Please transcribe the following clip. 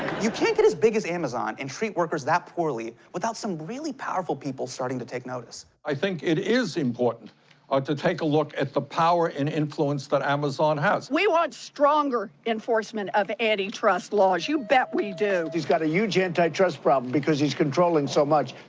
you can't get as big as amazon and treat workers that poorly without some really powerful people starting to take notice. i think it is important ah to take a look at the power and influence that amazon has. we want stronger enforcement of antitrust laws, you bet we do. he's got a huge antitrust problem, because he's controlling so much.